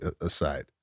aside